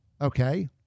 okay